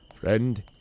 Friend